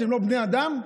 שהם לא בני אדם?